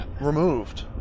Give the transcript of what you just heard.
removed